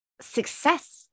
success